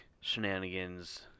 shenanigans